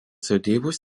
sodybos